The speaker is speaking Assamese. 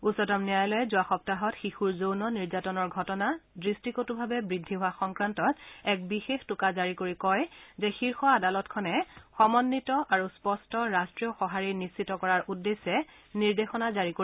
উচ্চতম ন্যায়ালয়ে যোৱা সপ্তাহত শিশুৰ যৌন নিৰ্যাতনৰ ঘটনা দৃষ্টিকট্ভাৱে বৃদ্ধি হোৱাৰ সংক্ৰান্তত এক বিশেষ টোকা জাৰি কৰি কয় যে শীৰ্ষ আদালতখনে সময়িত আৰু স্পট্ট ৰাট্টীয় সহাৰি নিশ্চিত কৰাৰ উদ্দেশ্যে নিৰ্দেশনা জাৰি কৰিব